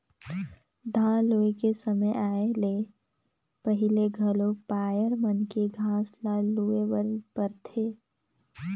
धान लूए के समे आए ले पहिले घलो पायर मन के घांस ल लूए बर परथे